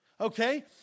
okay